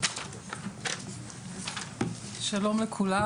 שלום לכולם.